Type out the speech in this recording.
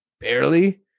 barely